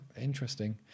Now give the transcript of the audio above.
interesting